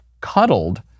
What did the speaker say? cuddled